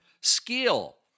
skill